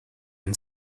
and